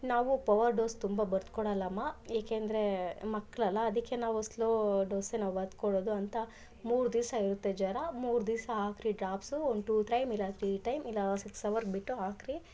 ನಾವು power dose ತುಂಬ ಬರ್ದು ಕೊಡಲ್ಲ ಅಮ್ಮ ಏಕೆಂದರೆ ಮಕ್ಕಳಲ್ಲ ಅದಕ್ಕೆ ನಾವು ಸ್ಲೋ ಡೋಸೆ ನಾವು ಬರೆದ್ಕೊಡೋದ್ ಅಂತ ಮೂರು ದಿವಸ ಇರುತ್ತೆ ಜ್ವರ ಮೂರು ದಿವಸ ಹಾಕ್ರಿ ಡ್ರಾಪ್ಸ್ ಒಂದು ಟು ಟೈಮ್ ಇಲ್ಲ ತ್ರಿ ಟೈಮ್ ಇಲ್ಲ ಸಿಕ್ಸ್ ಅವರ್ಗೆ ಬಿಟ್ಟು ಹಾಕ್ರಿ